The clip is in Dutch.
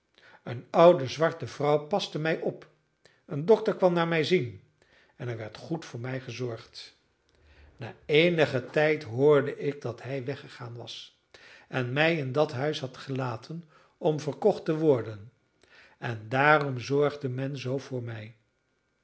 een oude zwarte vrouw paste mij op een dokter kwam naar mij zien en er werd goed voor mij gezorgd na eenigen tijd hoorde ik dat hij weggegaan was en mij in dat huis had gelaten om verkocht te worden en daarom zorgde men zoo voor mij